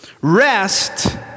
Rest